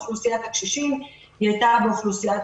אוכלוסיית הקשישים שהייתה אוכלוסייה